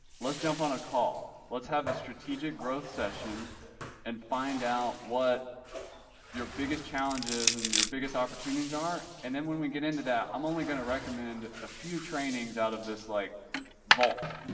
let's jump on a call. let's have a strategic growth session and find out what your biggest challenges and your biggest opportunities are. and then when we get into that, i'm only going to recommend a few trainings out of this like vault.